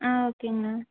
ஆ ஓகேங்கண்ணா